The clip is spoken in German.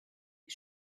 wie